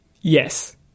Yes